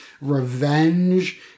Revenge